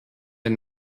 den